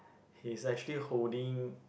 he's actually holding